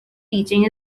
teaching